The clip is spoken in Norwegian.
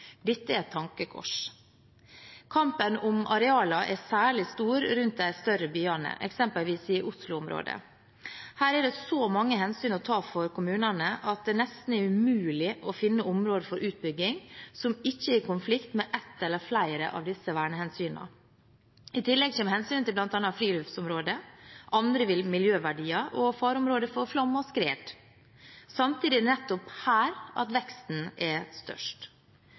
Dette er et tankekors. Kampen om arealene er særlig stor rundt de større byene, eksempelvis i Oslo-området. Her er det så mange hensyn å ta for kommunene at det nesten er umulig å finne områder for utbygging som ikke er i konflikt med ett eller flere av disse vernehensynene. I tillegg kommer hensynet til bl.a. friluftsområder, andre miljøverdier og fareområder for flom og skred. Samtidig er det nettopp her at veksten er størst.